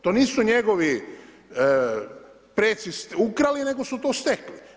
To nisu njegovi preci ukrali, nego su to stekli.